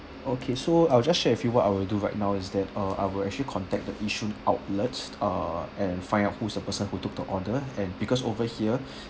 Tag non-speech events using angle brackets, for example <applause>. okay so I'll just share with you what I will do right now is that uh I will actually contact the Yishun outlet uh and find out who's the person who took the order and because over here <breath>